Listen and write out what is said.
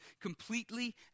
completely